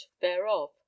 thereof